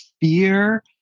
fear